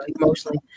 emotionally